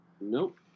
Nope